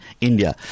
India